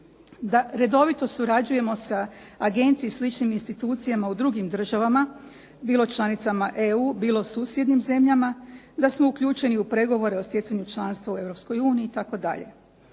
Da redovito surađujemo sa agencijama i sl. institucijama u drugim državama, bilo članicama EU, bilo susjednim zemljama. Da smo uključeni u pregovore o stjecanju članstva u EU itd.